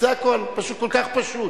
זה הכול, כל כך פשוט.